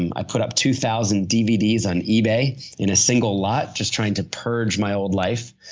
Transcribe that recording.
i put up two thousand dvds on ebay in a single lot, just trying to purge my old life.